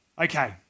Okay